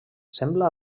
sembla